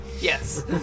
Yes